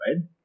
right